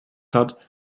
hat